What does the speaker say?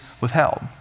withheld